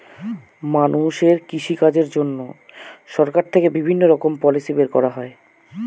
মানুষের কৃষিকাজের জন্য সরকার থেকে বিভিণ্ণ রকমের পলিসি বের করা হয়